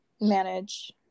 manage